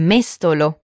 Mestolo